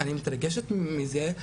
אני מתרגשת מזה.